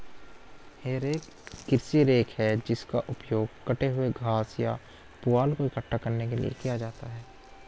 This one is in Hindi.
हे रेक एक कृषि रेक है जिसका उपयोग कटे हुए घास या पुआल को इकट्ठा करने के लिए किया जाता है